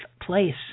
place